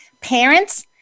Parents